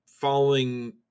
following